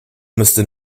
müsste